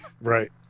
Right